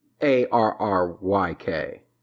a-r-r-y-k